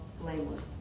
blameless